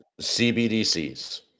CBDCs